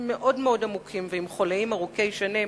מאוד מאוד עמוקים ועם חוליים ארוכי שנים.